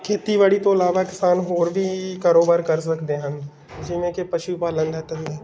ਖੇਤੀਬਾੜੀ ਤੋਂ ਇਲਾਵਾ ਕਿਸਾਨ ਹੋਰ ਵੀ ਕਾਰੋਬਾਰ ਕਰ ਸਕਦੇ ਹਨ ਜਿਵੇਂ ਕਿ ਪਸ਼ੂ ਪਾਲਣ ਦਾ ਧੰ